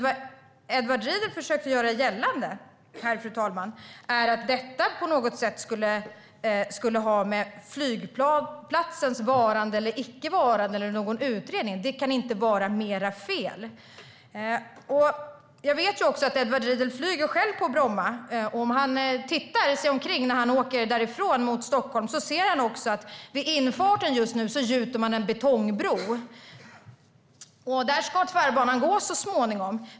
Vad Edward Riedl försökte göra gällande, fru talman, är att detta på något sätt skulle ha med flygplatsens varande eller icke varande eller med någon utredning att göra. Det kan inte vara mer fel. Jag vet också att Edward Riedl själv flyger via Bromma. Om han tittar sig omkring när han åker därifrån mot Stockholm ser han att man just nu gjuter en betongbro vid infarten. Där ska Tvärbanan gå så småningom.